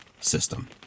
system